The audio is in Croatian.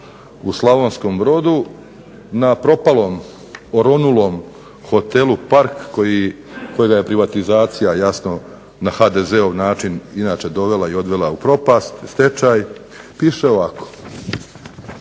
u Slavonskom Brodu na propalom, oronulom hotelu Park kojega je privatizacija jasno na HDZ-ov način inače dovela i odvela u propast i stečaj, piše ovako: